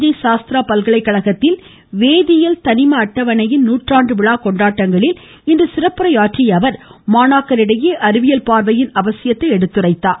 தஞ்சை சாஸ்திரா பல்கலைக்கழகத்தில் வேதியல் தனிம அட்டவணையின் நூற்றாண்டு விழா கொண்டாட்டங்களில் இன்று சிறப்புரையாற்றிய அவர் மாணாக்கர் இடையே அறிவியல் பார்வையின் அவசியத்தை எடுத்துரைத்தார்